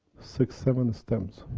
six, seven stems,